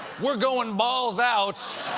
we're going balls out!